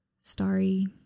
Starry